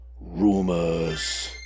Rumors